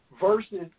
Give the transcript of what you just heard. versus